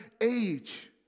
age